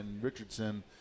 Richardson